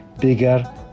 bigger